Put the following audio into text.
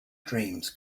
dreams